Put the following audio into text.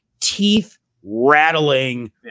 teeth-rattling